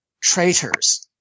traitors